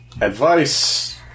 Advice